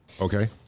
Okay